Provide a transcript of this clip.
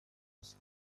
must